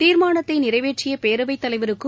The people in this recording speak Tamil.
தீர்மானத்தை நிறைவேற்றிய பேரவைத் தலைவருக்கும்